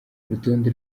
urutonde